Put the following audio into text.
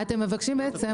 אתם מבקשים בעצם,